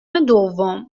دوم